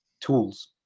tools